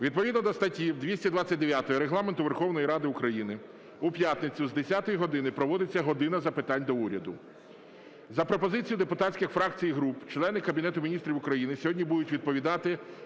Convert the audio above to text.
Відповідно до статті 229 Регламенту Верховної Ради України у п'ятницю з 10 години проводиться "година запитань до Уряду". За пропозицією депутатських фракцій і груп члени Кабінету Міністрів України сьогодні будуть відповідати